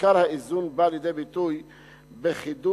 עיקר האיזון בא לידי ביטוי בחידוד